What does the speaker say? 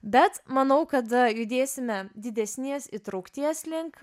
bet manau kad judėsime didesnės įtraukties link